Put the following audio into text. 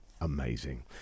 amazing